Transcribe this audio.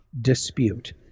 dispute